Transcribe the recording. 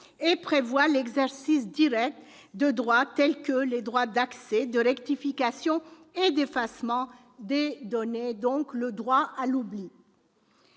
et prévoit l'exercice direct de droits tels que les droits d'accès, de rectification et d'effacement des données, donc le droit à l'oubli.